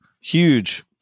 huge